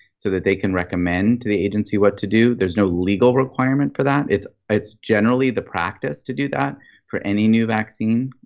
so that they can recommend to the agency what to do. there's no legal requirement for that, it's it's generally the practice to do that for any new vaccine.